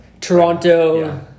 Toronto